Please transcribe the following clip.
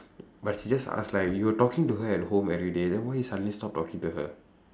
but she just ask like you were talking to her at home everyday then why you suddenly stop talking to her